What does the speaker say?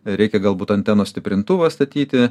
reikia galbūt antenos stiprintuvą statyti